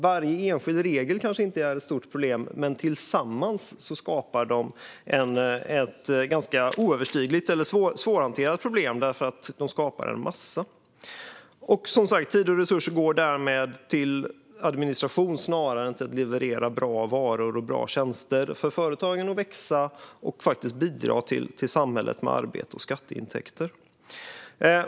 Varje enskild regel är kanske inte ett stort problem, men tillsammans skapar de ett svårhanterat problem då de skapar en massa. Tid och resurser går därmed till administration snarare än till att leverera bra varor och tjänster och till det som får företagen att växa och bidra till samhället med arbete och skatteintäkter.